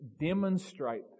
demonstrate